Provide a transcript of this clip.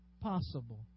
possible